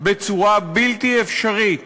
בצורה בלתי אפשרית